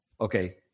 Okay